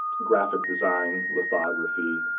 graphic design, lithography.